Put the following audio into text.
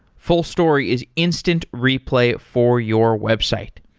fullstory is instant replay for your website.